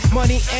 money